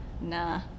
nah